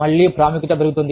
మళ్ళీ ప్రాముఖ్యత పెరుగుతుంది